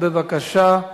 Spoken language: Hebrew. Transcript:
בבקשה.